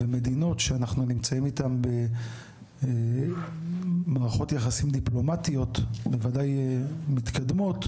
מדינות שאנו נמצאים איתן במערכות יחסים דיפלומטיות בוודאי מתקדמות,